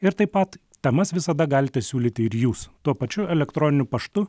ir taip pat temas visada galite siūlyti ir jūs tuo pačiu elektroniniu paštu